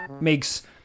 makes